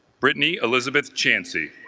brittany elizabeth chauncey